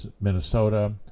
Minnesota